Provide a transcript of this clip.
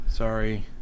Sorry